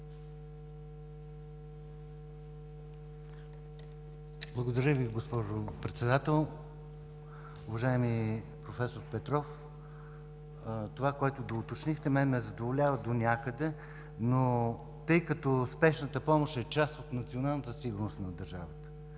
Благодаря Ви, госпожо Председател. Уважаеми проф. Петров, това, което доуточнихте, мен ме задоволява донякъде, но тъй като Спешната помощ е част от националната сигурност на държавата,